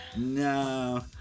no